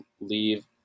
leave